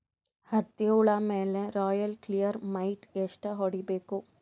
ಹತ್ತಿ ಹುಳ ಮೇಲೆ ರಾಯಲ್ ಕ್ಲಿಯರ್ ಮೈಟ್ ಎಷ್ಟ ಹೊಡಿಬೇಕು?